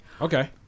Okay